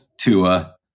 Tua